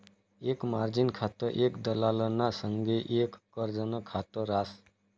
एक मार्जिन खातं एक दलालना संगे एक कर्जनं खात रास